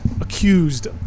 accused